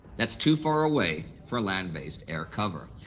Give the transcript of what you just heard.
that's too far away for land based air cover.